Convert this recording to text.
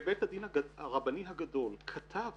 ובית הדין הרבני הגדול כתב